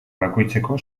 bakoitzeko